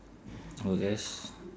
I guess